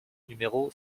numéro